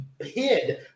hid